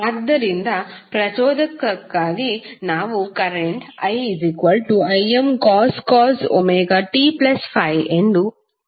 ಆದ್ದರಿಂದ ಪ್ರಚೋದಕಕ್ಕಾಗಿ ನಾವು ಕರೆಂಟ್ iImcos ωt∅ ಎಂದು ಊಹಿಸೋಣ